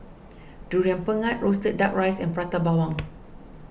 Durian Pengat Roasted Duck Rice and Prata Bawang